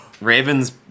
Raven's